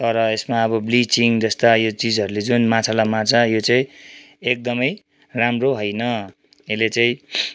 तर यसमा अब ब्लिचिङ जस्ता यी चिजहरूले यो जुन माछालाई मार्छ यो चाहिँ एकदमै राम्रो होइन यसले चाहिँ